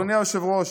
אדוני היושב-ראש,